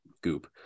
goop